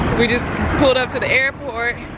we just pulled up to the airport.